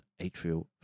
atrial